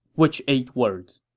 which eight words?